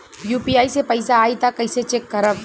UPI से पैसा आई त कइसे चेक खरब?